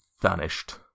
vanished